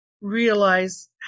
realize